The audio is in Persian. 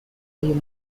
های